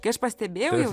kai aš pastebėjau jau